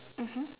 mmhmm